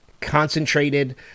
concentrated